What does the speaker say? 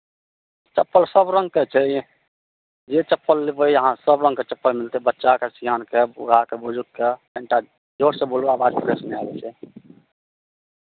चप्पल सभरङ्गके छै जे चप्पल लेबै अहाँ सभरङ्गके चप्पल मिलतै बच्चाके सेआनके बुढ़ाके बुजुर्गके कनिटा जोरसँ बालू आवाज फ्रेश नहि आबै छै